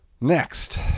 Next